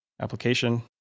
application